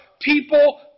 People